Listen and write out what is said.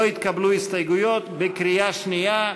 לא התקבלו הסתייגויות בקריאה שנייה.